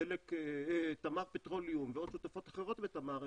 תמר פטרוליום ועוד שותפות אחרות בתמר,